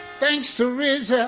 thanks to rza,